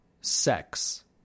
sex